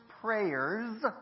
Prayers